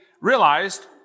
realized